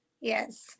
Yes